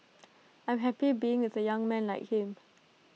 I'm happy being with A young man like him